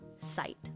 site